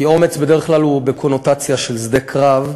כי אומץ בדרך כלל הוא בקונוטציה של שדה קרב.